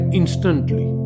instantly